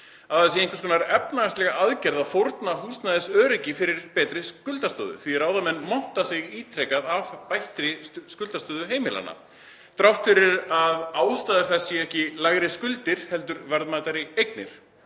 að það sé einhvers konar efnahagsleg aðgerð að fórna húsnæðisöryggi fyrir betri skuldastöðu, því að ráðamenn monta sig ítrekað af bættri skuldastöðu heimilanna þrátt fyrir að ástæður þess séu ekki lægri skuldir heldur verðmætari eignir.